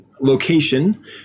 location